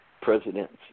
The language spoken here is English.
presidents